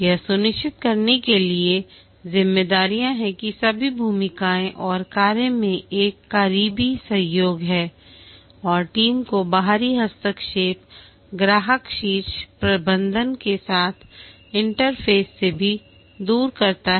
यह सुनिश्चित करने के लिए जिम्मेदारियां हैं कि सभी भूमिकाएं और कार्य मैं एक करीबी सहयोग है और टीम को बाहरी हस्तक्षेप ग्राहक शीर्ष प्रबंधन के साथ इंटरफेस से भी दूर करता है